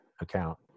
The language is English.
account